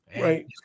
Right